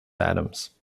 adams